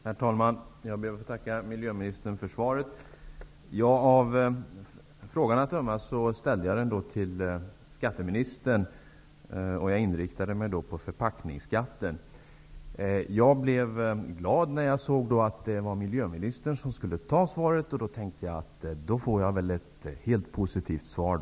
Herr talman! Jag tackar miljöministern för svaret. Jag ställde frågan till skatteministern och inriktade mig på förpackningsskatten. Jag blev glad när jag fann att miljöministern skulle lämna svaret och trodde då att jag skulle få ett helt positivt svar.